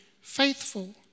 faithful